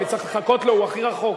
אני צריך לחכות לו, הוא הכי רחוק.